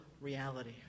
reality